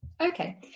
okay